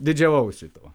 didžiavaus šituo